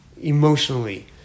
emotionally